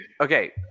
Okay